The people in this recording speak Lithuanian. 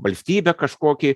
valstybę kažkokį